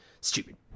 Stupid